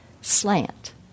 slant